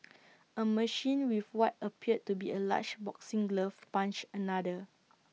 A machine with what appeared to be A large boxing glove punched another